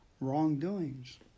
wrongdoings